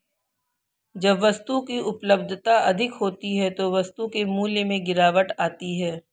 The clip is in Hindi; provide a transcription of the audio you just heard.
जब वस्तु की उपलब्धता अधिक होती है तो वस्तु के मूल्य में गिरावट आती है